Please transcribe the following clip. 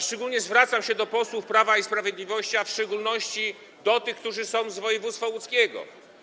Szczególnie zwracam się do posłów Prawa i Sprawiedliwości, a w szczególności do tych, którzy są z województwa łódzkiego.